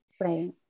right